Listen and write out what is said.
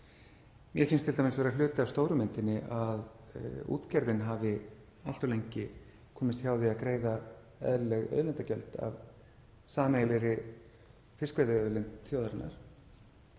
Mér finnst það vera hluti af stóru myndinni að útgerðin hafi allt of lengi komist hjá því að greiða eðlileg auðlindagjöld af sameiginlegri fiskveiðiauðlind þjóðarinnar.